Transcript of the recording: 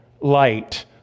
light